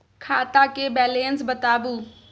खाता के बैलेंस बताबू?